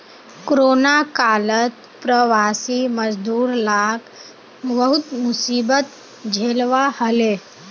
corona कालत प्रवासी मजदूर लाक बहुत मुसीबत झेलवा हले